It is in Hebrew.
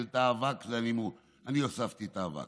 ואני הוספתי את האבק.